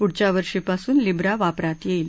पुढच्या वर्षीपासून लीब्रा वापरात येईल